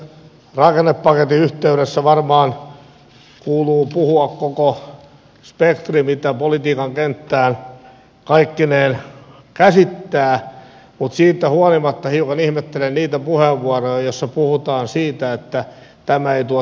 rakennepaketin yhteydessä varmaan kuuluu puhua koko spektri mitä politiikan kenttä kaikkineen käsittää mutta siitä huolimatta hiukan ihmettelen niitä puheenvuoroja joissa puhutaan siitä että tämä ei tuo työtä ja toimeentuloa